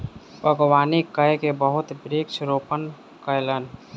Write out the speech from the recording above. बागवानी कय के बहुत वृक्ष रोपण कयलैन